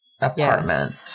Apartment